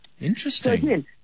Interesting